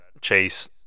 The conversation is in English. Chase